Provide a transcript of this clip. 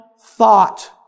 thought